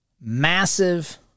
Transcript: massive